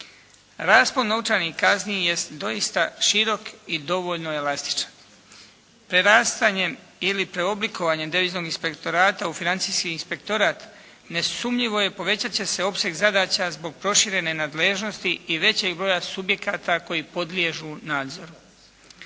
Raspon novčanih kazni jest doista širok i dovoljno elastičan. Prerastanjem ili preoblikovanjem Deviznog inspektorata u Financijski inspektorat nesumnjivo je povećat će se opseg zadaća zbog proširene nadležnosti i većeg broja subjekata koji podliježu nadzoru.